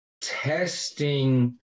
testing